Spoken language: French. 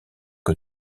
que